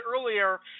earlier